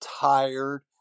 tired